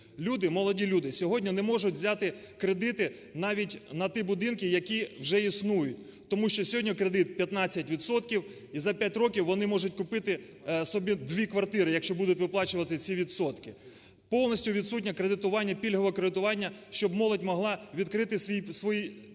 молоді люди, сьогодні не можуть взяти кредити навіть на ті будинки, які вже існують, тому що сьогодні кредит 15 відсотків і за 5 років вони можуть купити собі дві квартири, якщо будуть виплачувати ці відсотки. Повністю відсутнє кредитування, пільгове кредитування, щоб молодь могла відкрити свій перший